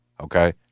Okay